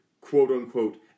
quote-unquote